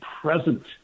present